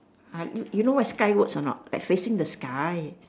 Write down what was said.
ah you you know what's skywards or not like facing the sky